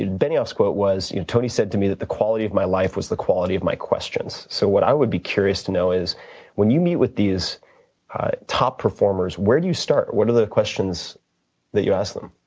and benioff's quote was, you know tony said to me that the quality of my life was the quality of my questions. so what i would be curious to know is when you meet with these top performers, where do you start? what are the questions that you ask them?